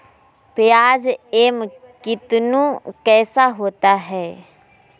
प्याज एम कितनु कैसा होता है?